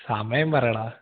സമയം പറയൂ എടാ